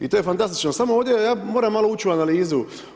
I to je fantastično samo ovdj eja moram malo ući u analizu.